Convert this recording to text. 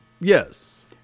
Yes